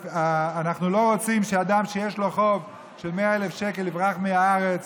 אנחנו לא רוצים שאדם שיש לו חוב של 100,000 שקל יברח מהארץ,